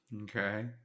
Okay